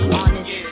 honest